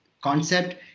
concept